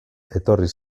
etorri